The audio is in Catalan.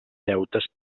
deutes